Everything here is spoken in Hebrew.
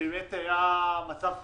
היה מצב קשה,